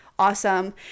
Awesome